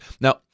Now